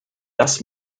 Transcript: das